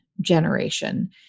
generation